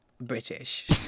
British